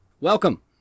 welcome